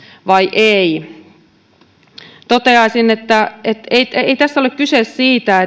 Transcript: vai eivät toteaisin että että ei ei tässä ole kyse siitä